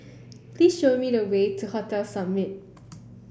please show me the way to Hotel Summit